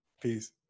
Peace